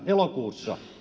elokuussa